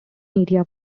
media